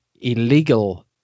illegal